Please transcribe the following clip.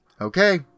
Okay